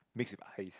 mix with ice